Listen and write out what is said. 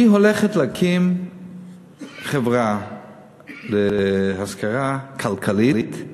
היא הולכת להקים חברה להשכרה כלכלית,